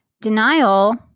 Denial